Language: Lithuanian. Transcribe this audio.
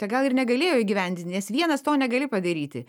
tai gal ir negalėjo įgyvendinti nes vienas to negali padaryti